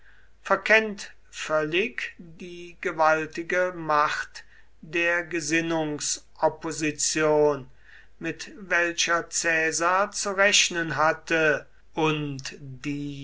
verkennt völlig die gewaltige macht der gesinnungsopposition mit welcher caesar zu rechnen hatte und die